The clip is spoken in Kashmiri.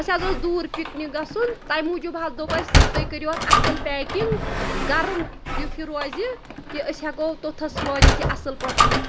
اَسہِ حظ اوس دوٗر پِکنِک گژھُن تمۍ موٗجوٗب حظ دوٚپ اَسہِ تُہۍ کٔرِو اَتھ اَصٕل پیکِنٛگ گَرٕم یُتھ یہِ روزِ کہِ أسۍ ہٮ۪کو توٚتھَس وٲتِتھ یہِ اَصٕل پٲٹھۍ کھٮ۪تھ